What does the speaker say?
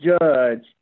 judge